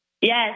Yes